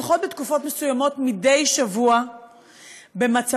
לפחות בתקופות מסוימות, מדי שבוע במצבה